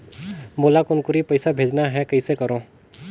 मोला कुनकुरी पइसा भेजना हैं, कइसे करो?